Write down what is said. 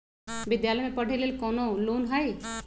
विद्यालय में पढ़े लेल कौनो लोन हई?